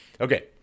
Okay